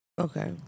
Okay